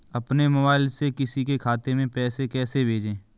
अपने मोबाइल से किसी के खाते में पैसे कैसे भेजें?